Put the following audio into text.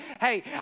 hey